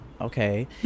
Okay